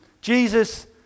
Jesus